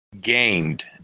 Gained